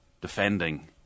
defending